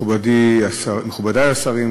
מכובדי השרים,